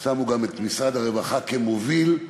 שמו את משרד הרווחה כמוביל,